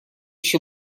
еще